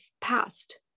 passed